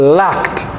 lacked